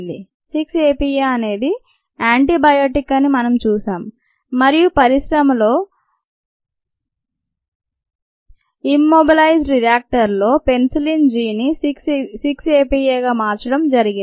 6 APA అనేది antibiotic అని మనం చూశాం మరియు పరిశ్రమలో నిస్మోబలైజ్డ్ రియాక్టర్ లో పెన్సిలిన్ జిని 6 APAగా మార్చడం జరిగింది